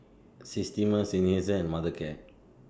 Systema Seinheiser and Mothercare